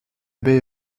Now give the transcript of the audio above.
baie